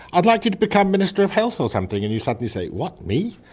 i'd like you to become minister of health or something, and you suddenly say, what? me?